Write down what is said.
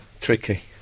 tricky